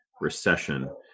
Recession